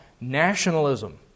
nationalism